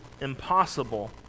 impossible